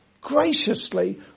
graciously